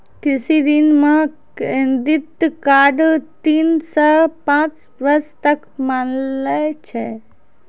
कृषि ऋण मह क्रेडित कार्ड तीन सह पाँच बर्ष तक मान्य छै